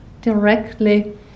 directly